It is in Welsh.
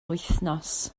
wythnos